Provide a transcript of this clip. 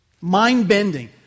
Mind-bending